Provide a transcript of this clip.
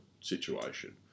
situation